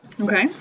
Okay